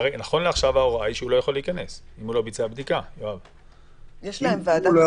נכון לעכשיו ההוראה היא שהוא לא יכול להיכנס אם הוא לא ביצע בדיקה.